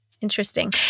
Interesting